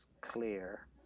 clear